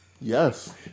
yes